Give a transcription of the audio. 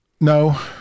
No